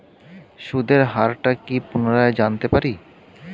সুদের হার টা কি পুনরায় জানতে পারি?